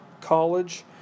College